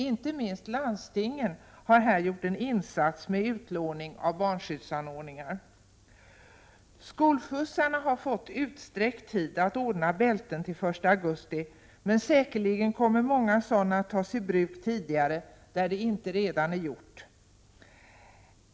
Inte minst landstingen har här gjort en insats med utlåning av barnskyddsanordningar. För skolskjutsarna har man fått utsträckt tid att ordna bälten till den 1 augusti, men säkerligen kommer många bälten att tas i bruk tidigare, där det inte redan är gjort.